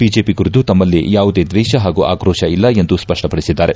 BJP ಕುರಿತು ತಮಲ್ಲಿ ಯಾವುದೇ ದ್ವೇಷ ಹಾಗೂ ಆಕ್ರೋತ ಇಲ್ಲ ಎಂದು ಸಪ್ಪಪಡಿಸಿದ್ದಾರೆ